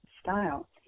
style